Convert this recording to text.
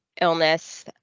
illness